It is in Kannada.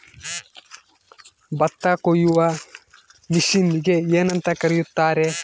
ಭತ್ತ ಕೊಯ್ಯುವ ಮಿಷನ್ನಿಗೆ ಏನಂತ ಕರೆಯುತ್ತಾರೆ?